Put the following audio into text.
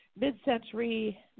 mid-century